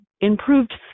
improved